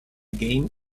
game